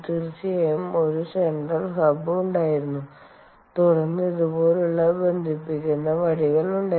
തീർച്ചയായും ഒരു central hub ഉണ്ടായിരുന്നു തുടർന്ന് ഇതുപോലുള്ള ബന്ധിപ്പിക്കുന്ന വടികൾ ഉണ്ടായിരുന്നു